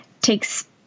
takes